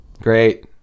Great